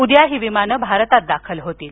उद्या ही विमाने भारतात दाखल होतील